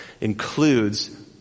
includes